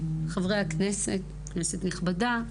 חברי הכנסת, כנסת נכבדה,